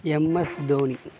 MS Dhoni